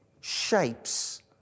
shapes